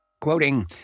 Quoting